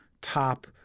top